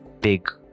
big